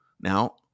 Now